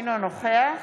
אינו נוכח